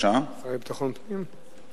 לביטחון הפנים?